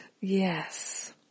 Yes